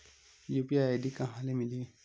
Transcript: UPI ID कहां ले मिलही?